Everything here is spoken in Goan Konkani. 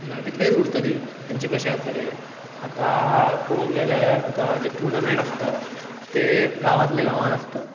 ना जाल्यार ती थंयच उरतली तेंचें कशें जातले आतां पळोवंक गेले आतां जे टुर्णमेंट आसतात ते गांवांतल्या गांवान आसतात